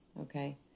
okay